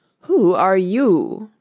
who are you